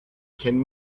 can